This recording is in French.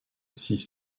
six